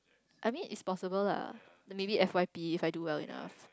I mean it's possible lah then maybe F_Y_P if I do well enough